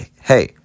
hey